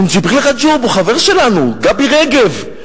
ג'יבריל רג'וב הוא החבר שלנו, גבי רגב.